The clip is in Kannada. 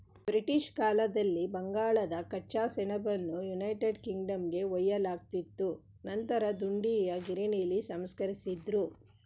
ಬ್ರಿಟಿಷ್ ಕಾಲದಲ್ಲಿ ಬಂಗಾಳದ ಕಚ್ಚಾ ಸೆಣಬನ್ನು ಯುನೈಟೆಡ್ ಕಿಂಗ್ಡಮ್ಗೆ ಒಯ್ಯಲಾಗ್ತಿತ್ತು ನಂತರ ದುಂಡೀಯ ಗಿರಣಿಲಿ ಸಂಸ್ಕರಿಸಿದ್ರು